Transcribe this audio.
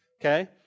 Okay